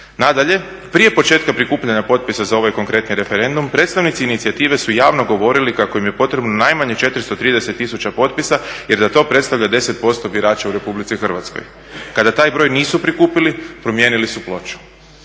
Nadalje, prije početka prikupljanja potpisa za ovaj konkretni referendum, predstavnici inicijative su javno govorili kako im je potrebno najmanje 430 tisuća potpisa jer da to predstavlja 10% birača u RH. Kada taj broj nisu prikupili, promijenili su ploču.